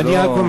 זה לא,